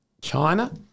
China